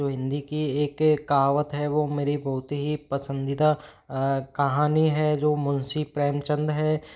जो हिंदी की एक एक कहावत है वो मेरी बहुत ही पसंदीदा कहानी है जो मुंशी प्रेमचंद है